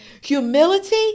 humility